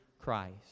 Christ